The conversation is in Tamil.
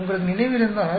உங்களுக்கு நினைவிருந்தால்